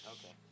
Okay